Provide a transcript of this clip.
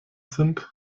sind